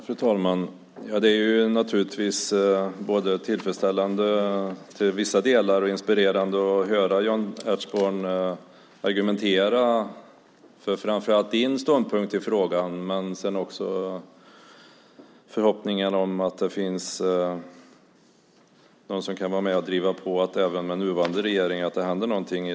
Fru talman! Det är naturligtvis tillfredsställande till vissa delar och inspirerande att höra dig, Jan Ertsborn, argumentera för framför allt din ståndpunkt i frågan. Det gäller också förhoppningen att det finns någon som kan vara med att driva på att det även med nuvarande regering händer någonting.